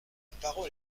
parole